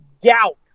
doubt